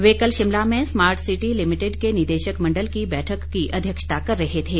वे कल शिमला में smart city limited के निदेशक मण्डल की बैठक की अध्यक्षता कर रहे थे